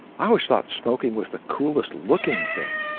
i always thought smoking was the coolest looking thing,